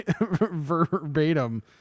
verbatim